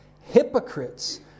Hypocrites